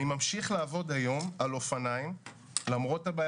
אני ממשיך לעבוד היום על אופניים למרות הבעיה